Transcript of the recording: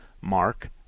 Mark